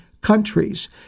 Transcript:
countries